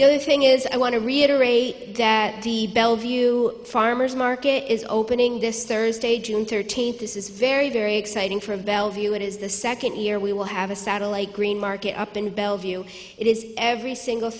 know the thing is i want to reiterate that the bellevue farmer's market is opening this thursday june thirteenth this is very very exciting for bellevue it is the second year we will have a satellite greenmarket up in bellevue it is every single